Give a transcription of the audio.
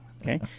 Okay